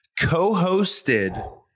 co-hosted